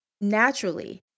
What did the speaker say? naturally